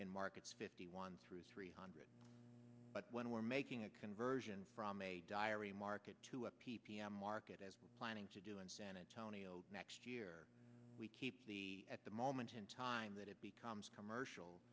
in markets fifty one through three hundred but when we're making a conversion from a diary market to a p p m market as planning to do in san antonio next year we keep the at the moment in time that it becomes commercial